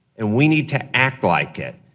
and we need to act like it.